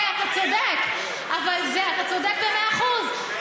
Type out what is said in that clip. אתה צודק במאה אחוז,